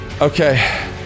Okay